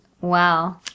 Wow